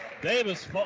Davis